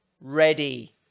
ready